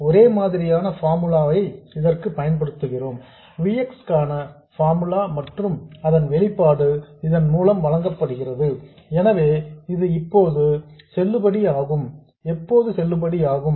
ஒரே மாதிரியான ஃபார்முலா ஐ இதற்கும் பயன்படுத்துகிறோம் V x க்கான ஃபார்முலா மற்றும் அதன் வெளிப்பாடு இதன் மூலம் வழங்கப்படுகிறது எனவே இது எப்போதும் செல்லுபடி ஆகும்